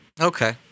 Okay